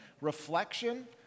reflection